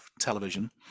television